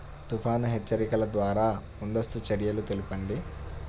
తుఫాను హెచ్చరికల ద్వార ముందస్తు చర్యలు తెలపండి?